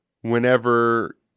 whenever